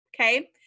Okay